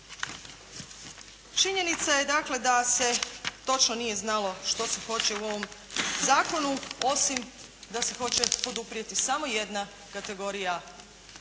Činjenica je dakle da se točno nije znalo što se hoće u ovom zakonu osim da se hoće poduprijeti samo jedna kategorija